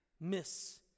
miss